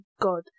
God